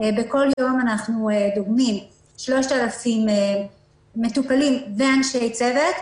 בכל יום אנחנו דוגמים 3,000 מטופלים ואנשי צוות,